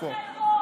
קראו לנו חלאות.